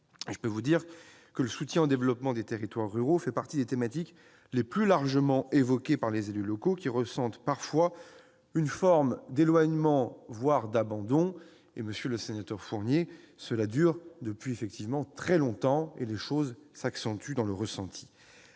Je peux vous dire que le soutien au développement des territoires ruraux fait partie des thématiques les plus largement évoquées par les élus locaux, qui ressentent parfois une forme d'éloignement, voire d'abandon. Monsieur le sénateur Fournier, ce ressenti est effectivement très ancien, et va en s'aggravant. À chacun